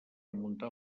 muntar